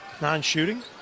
Non-shooting